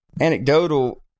anecdotal